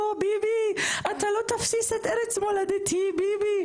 לא ביבי אתה לא תפציץ את ארץ מולדתי ביבי,